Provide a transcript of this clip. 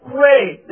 Great